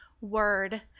word